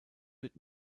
wird